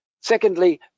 Secondly